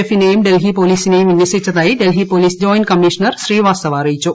എഫിനെയും പ്രഡൽഹി പോലീസിനെയും വിന്യസിച്ചതായി ഡൽഹി പോലീസ്കൃ ജോയിന്റ് കമ്മീഷണർ ശ്രീവാസ്തവ അറിയിച്ചു